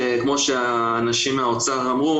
כמו שהנציגים מהאוצר אמרו,